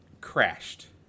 crashed